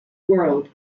world